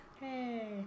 Hey